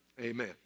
Amen